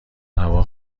هوا